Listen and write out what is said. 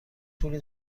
پولی